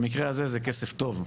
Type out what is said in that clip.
במקרה הזה, זה כסף טוב.